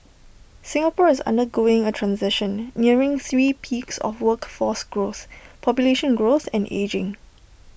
Singapore is undergoing A transition nearing three peaks of workforce growth population growth and ageing